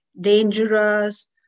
dangerous